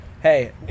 Hey